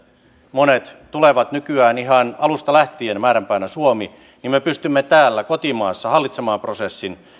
monet tulevat nykyään ihan alusta lähtien määränpäänä suomi niin me pystymme täällä kotimaassa hallitsemaan prosessin